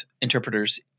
interpreters